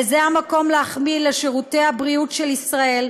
וזה המקום להחמיא לשירותי הבריאות של ישראל,